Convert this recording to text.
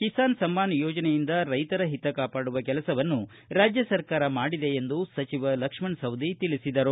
ಕಿಸಾನ್ ಸಮ್ಮಾನ್ ಯೋಜನೆಯಿಂದ ರೈತರ ಹಿತ ಕಾಪಾಡುವ ಕೆಲಸವನ್ನು ರಾಜ್ಯ ಸರ್ಕಾರ ಮಾಡಿದೆ ಎಂದು ಸಚಿವ ಲಕ್ಷ್ಣ ಸವದಿ ತಿಳಿಸಿದರು